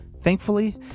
Thankfully